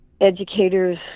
educators